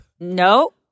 no